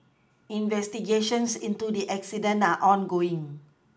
investigations into the incident are ongoing